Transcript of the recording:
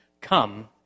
come